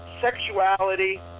sexuality